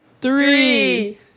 Three